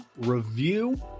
review